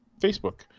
Facebook